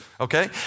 Okay